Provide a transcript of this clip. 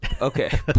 Okay